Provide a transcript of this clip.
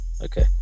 Okay